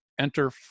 enter